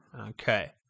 Okay